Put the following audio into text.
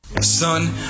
Son